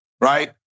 Right